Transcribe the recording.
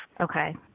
Okay